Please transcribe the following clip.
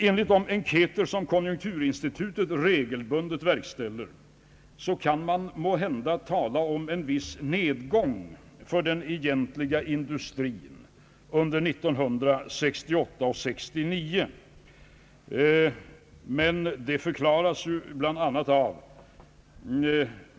Enligt de enkäter som konjunkturinstitutet regelbundet verkställer kan man måhända tala om en viss nedgång för den egentliga industrin under åren 1968 och 1969.